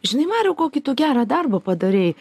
žinai mariau kokį tu gerą darbą padarei